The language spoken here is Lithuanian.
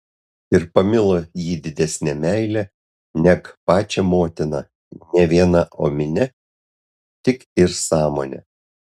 ir pamilo jį didesne meile neg pačią motiną ne viena omine tik ir sąmone